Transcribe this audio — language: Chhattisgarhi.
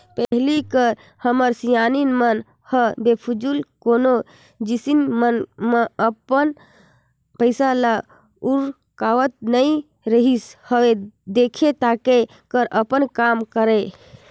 पहिली कर हमर सियान मन ह बेफिजूल कोनो जिनिस मन म अपन पइसा ल उरकावत नइ रिहिस हवय देख ताएक कर अपन काम करय